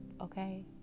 Okay